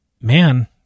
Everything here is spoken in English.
man